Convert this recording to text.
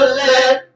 let